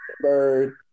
Bird